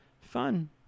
Fun